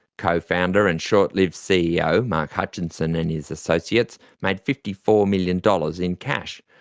cofounder and short-lived ceo mark hutchinson and his associates made fifty four million dollars in cash,